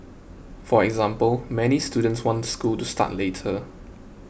for example many students want school to start later